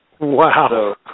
Wow